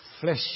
flesh